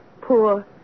poor